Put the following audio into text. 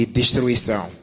destruição